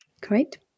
Great